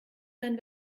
sein